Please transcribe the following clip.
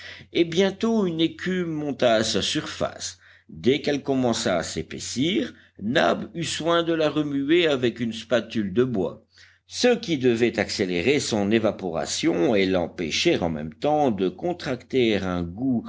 et bientôt une écume monta à sa surface dès qu'elle commença à s'épaissir nab eut soin de la remuer avec une spatule de bois ce qui devait accélérer son évaporation et l'empêcher en même temps de contracter un goût